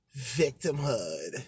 Victimhood